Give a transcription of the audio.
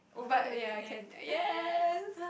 but ya can yes